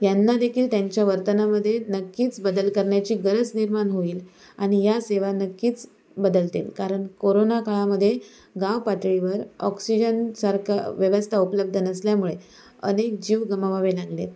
यांनादेखील त्यांच्या वर्तनामध्ये नक्कीच बदल करण्याची गरज निर्माण होईल आणि या सेवा नक्कीच बदलतील कारण कोरोना काळामध्ये गावपातळीवर ऑक्सिजनसारख्या व्यवस्था उपलब्ध नसल्यामुळे अनेक जीव गमवावे लागलेत